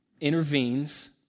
intervenes